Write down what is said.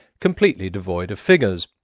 completely devoid of figures,